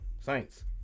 Saints